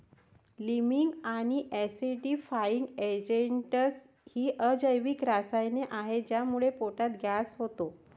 liming आणि acidifying agents ही अजैविक रसायने आहेत ज्यामुळे पोटात गॅस होतो